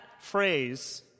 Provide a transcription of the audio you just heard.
phrase